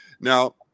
Now